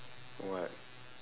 what